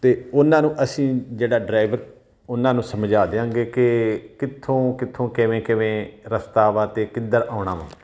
ਅਤੇ ਉਹਨਾਂ ਨੂੰ ਅਸੀਂ ਜਿਹੜਾ ਡਰਾਈਵਰ ਉਹਨਾਂ ਨੂੰ ਸਮਝਾ ਦਿਆਂਗੇ ਕਿ ਕਿੱਥੋਂ ਕਿੱਥੋਂ ਕਿਵੇਂ ਕਿਵੇਂ ਰਸਤਾ ਵਾ ਅਤੇ ਕਿੱਧਰ ਆਉਣ ਵਾ